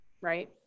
right